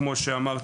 כמו שאמרתי,